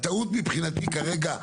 הטעות מבחינתי כרגע,